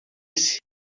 esse